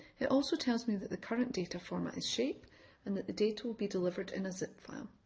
it also tells me that the current data format shape and that the data will be delivered in a zip file.